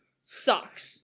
sucks